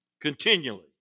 continually